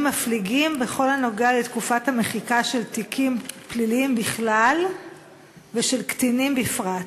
מפליגים בכל הקשור לתקופת המחיקה של תיקים פליליים בכלל ושל קטינים בפרט.